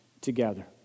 together